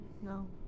no